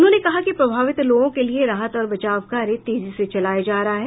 उन्होंने कहा कि प्रभावित लोगों के लिए राहत और बचाव कार्य तेजी से चलाया जा रहा है